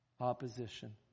opposition